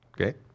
Okay